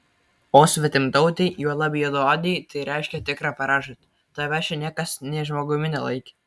o svetimtautei juolab juodaodei tai reiškė tikrą pražūtį tavęs čia niekas nė žmogumi nelaikė